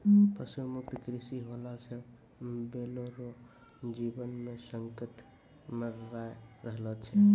पशु मुक्त कृषि होला से बैलो रो जीवन मे संकट मड़राय रहलो छै